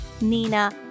Nina